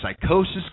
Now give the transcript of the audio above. psychosis